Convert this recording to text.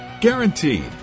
Guaranteed